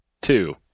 Two